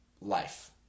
life